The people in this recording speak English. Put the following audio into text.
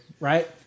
Right